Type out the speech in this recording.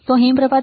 તેથી હિમપ્રપાત